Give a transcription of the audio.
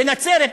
בנצרת,